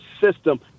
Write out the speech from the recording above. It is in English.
system